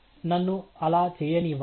నన్ను అలా చేయనివ్వండి